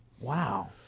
Wow